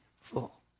full